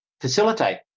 facilitate